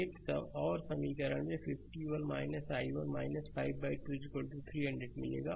एक और समीकरण आपको 51 i1 52 300 मिलेगा